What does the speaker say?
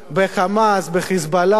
ב"חמאס", ב"חיזבאללה",